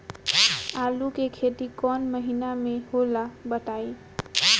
आलू के खेती कौन महीना में होला बताई?